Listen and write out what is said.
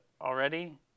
already